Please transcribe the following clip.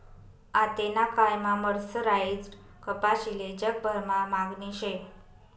आतेना कायमा मर्सराईज्ड कपाशीले जगभरमा मागणी शे